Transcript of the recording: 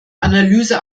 analyse